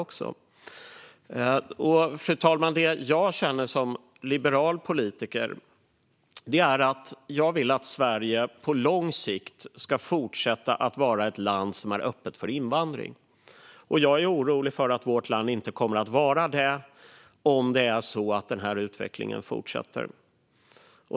Fru talman! Det jag känner som liberal politiker är att jag vill att Sverige på lång sikt ska fortsätta att vara ett land som är öppet för invandring. Jag är orolig för att vårt land inte kommer att vara det om denna utveckling fortsätter.